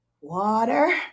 water